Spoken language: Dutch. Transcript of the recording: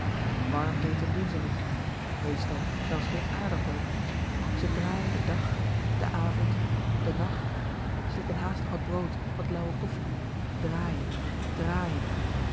warm eten doen ze niet mééstal zelfs geen aardappel ze draaien den dag den avond den nacht slikken haastig wat brood wat lauwe koffie draaien draaien